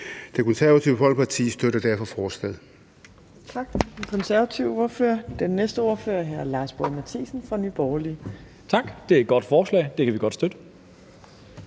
Det Konservative Folkeparti støtter derfor forslaget.